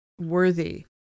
worthy